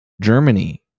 Germany